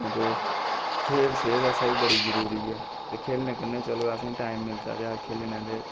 ते खेल सेह्त आस्तै बी बड़ी जरूरी ऐ ते खेलने कन्नै चलो असें गी टाईम मिलदा ते अस खेलने ते